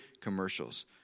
commercials